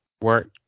work